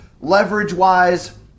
leverage-wise